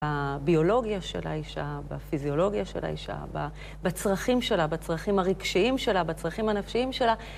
בביולוגיה של האישה, בפיזיולוגיה של האישה, בצרכים שלה, בצרכים הרגשיים שלה, בצרכים הנפשיים שלה